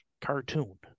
cartoon